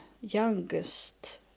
youngest